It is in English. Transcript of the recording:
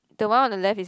the one on the left is